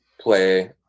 play